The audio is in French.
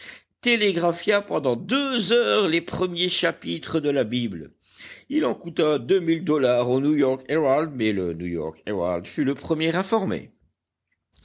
télégraphia pendant deux heures les premiers chapitres de la bible il en coûta deux mille dollars au new-york herald mais le new-york herald fut le premier informé